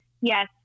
Yes